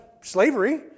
slavery